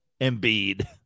Embiid